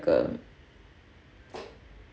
err